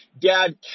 Dad